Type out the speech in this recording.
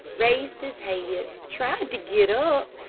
raised his head, tried to get up,